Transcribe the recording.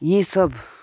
यी सब